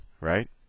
right